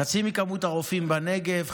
חצי ממספר הרופאים בנגב,